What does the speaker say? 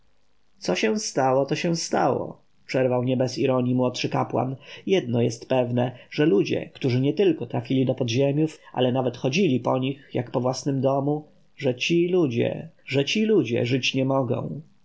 co się stało to się stało przerwał nie bez ironji młodszy kapłan jedno jest pewne że ludzie którzy nietylko trafili do podziemiów ale nawet chodzili po nich jak po własnym domu że ludzie ci żyć nie mogą